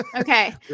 Okay